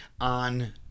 on